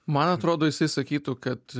man atrodo jisai sakytų kad